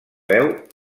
veu